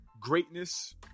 greatness